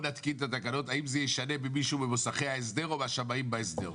האם זה ישנה משהו במוסכי ההסדר או בשמאים בהסדר?